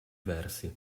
versi